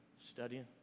studying